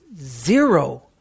zero